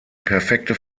perfekte